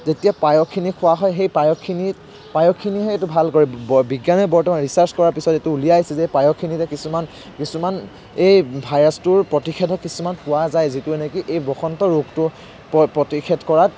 যেতিয়া পায়সখিনি খোৱা হয় সেই পায়সখিনিত পায়সখিনিয়ে হে এইতো ভাল কৰে বৰ বিজ্ঞানে বৰ্তমান ৰিচাৰ্ছ কৰাৰ পিছত এইটো উলিয়াইছে যে পায়সখিনিতে কিছুমান কিছুমান এই ভাইৰাছটোৰ প্ৰতিষেধক কিছুমান পোৱা যায় যিটোয়ে নেকি এই বসন্ত ৰোগটো প্ৰতিষেধ কৰাত